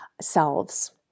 selves